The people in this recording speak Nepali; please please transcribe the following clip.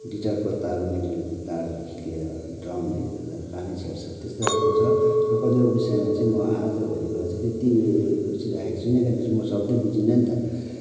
गिटारको तार मेन्डलिनको तारदेखि लिएर ड्रमदेखि लिएर कानै छेड्छ त्यस्तो खालको छ र कतिवटा बिषयमा चाहिँ म आज भोलीकोलाई चाहिँ त्यति रुचि राखेको छुइनँ किनकि म शब्दै बुझिन नि त